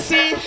See